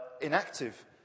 inactive